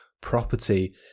property